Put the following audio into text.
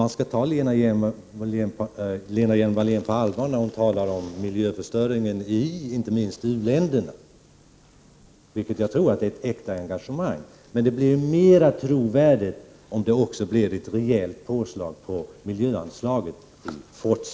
Jag tror att Lena Hjelm-Walléns engagemang när hon talar om miljöförstöringen i u-länderna är äkta, men hon skulle låta mer trovärdig om det i fortsättningen blev en rejäl ökning av miljöanslaget.